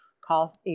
call